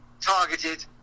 targeted